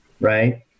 right